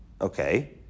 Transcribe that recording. Okay